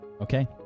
Okay